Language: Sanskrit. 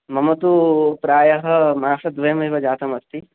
मम तु प्रायः मासद्वयमेव जातम् अस्ति